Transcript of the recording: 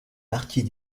partie